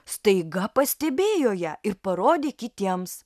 staiga pastebėjo ją ir parodė kitiems